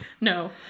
No